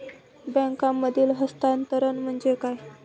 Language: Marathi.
बँकांमधील हस्तांतरण म्हणजे काय?